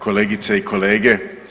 Kolegice i kolege.